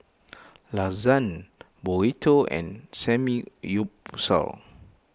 Lasagne Burrito and Samgyeopsal